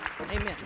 amen